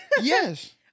Yes